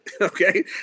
Okay